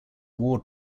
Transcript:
ward